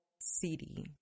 city